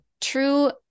true